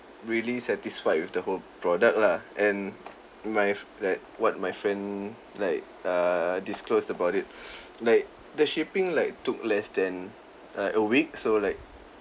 really satisfied with the whole product lah and my f~ like what my friend like err disclosed about it like the shipping like took less than like a week so like